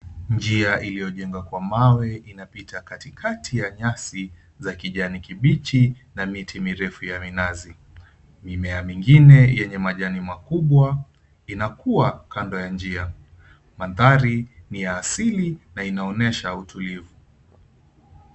Njia iliyojengwa kwa mawe inapita katikati ya nyasi za kijani kibichi na miti mirefu ya minazi. Mimea mingine yenye majani makubwa inakua kando ya njia. Maanthari ni ya asili na inaonyesha utulivu.